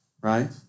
right